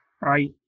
right